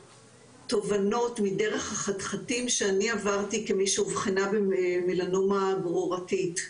מהתובנות מדרך החתחתים שאני עברתי כמי שאובחנה במלנומה גרורתית.